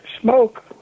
smoke